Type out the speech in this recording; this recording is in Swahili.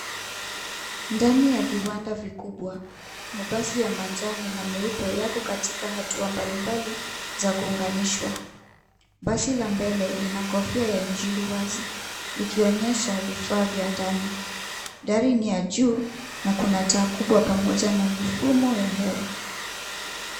Ndani ya viwanda vikubwa mabasi ya manjano na meupe yako katika hatua mbalimbali za kuunganishwa . Basi la mbele lina kofia ya injiliwazi likionyesha vifaa vya ndani. Gari ni ya juu na kuna taa kubwa pamoja na mifuko ya hewa.